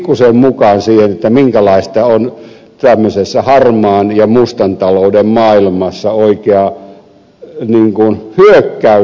pääsin pikkuisen mukaan siihen minkälaista on tämmöisessä harmaan ja mustan talouden maailmassa oikea hyökkäyssota